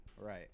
Right